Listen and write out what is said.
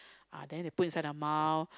uh then they put inside their mouth